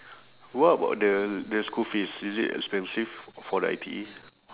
what about the the school fees is it expensive for the I_T_E